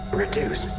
reduce